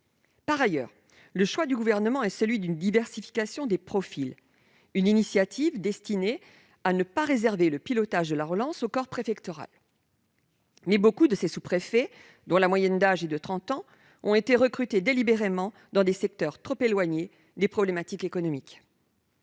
Par ailleurs, le choix du Gouvernement est celui d'une diversification des profils. Cette initiative est destinée à ne pas réserver le pilotage de la relance au corps préfectoral. Reste que nombre de ces sous-préfets, dont la moyenne d'âge est de 30 ans, ont délibérément été recrutés dans des secteurs trop éloignés des problématiques économiques.